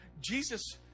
Jesus